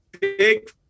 Big